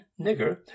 nigger